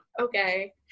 okay